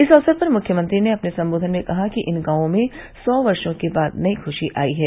इस अवसर पर मुख्यमंत्री ने अपने सम्बोधन में कहा कि इन गांवों में सौ वर्षों के बाद नई खुशी आई है